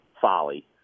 folly